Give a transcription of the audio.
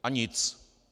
A nic.